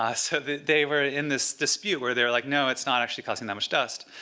ah so they were in this dispute where they're like, no, it's not actually causing that much dust,